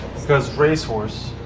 because racehorse.